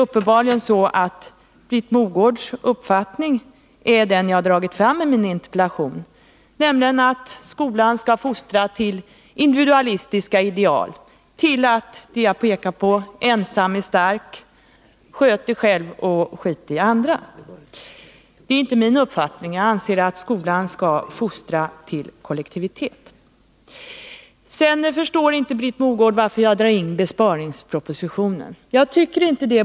Uppenbarligen är Britt Mogårds uppfattning den som jag har dragit fram i min interpellation, nämligen att skolan skall fostra till individualistiska ideal — ensam är stark, sköt dig själv och strunta i andra. Det är inte min uppfattning. Jag anser att skolan skall fostra till kollektivitet. Britt Mogård förstår inte varför jag i denna debatt drar in besparingspropositionen. Det borde inte vara så svårt att förstå.